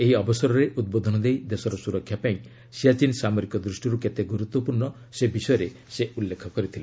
ଏହି ଅବସରରେ ଉଦ୍ବୋଧନ ଦେଇ ଦେଶର ସୁରକ୍ଷା ପାଇଁ ସିଆଚୀନ୍ ସାମରିକ ଦୃଷ୍ଟିରୁ କେତେ ଗୁରୁତ୍ୱପୂର୍ଣ୍ଣ ସେ ବିଷୟରେ ସେ ଉଲ୍ଲେଖ କରିଥିଲେ